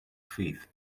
faith